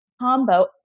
combo